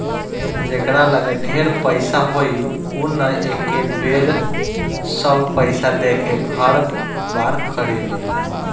जेकरा लगे ढेर पईसा होई उ न एके बेर सब पईसा देके घर बार खरीदी